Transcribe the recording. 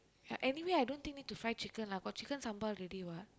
ya anyway I don't think need to fry chicken lah got Chicken sambal ready what